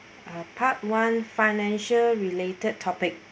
uh part one financial related topic